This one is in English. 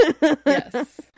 Yes